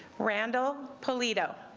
randall polito